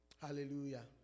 Hallelujah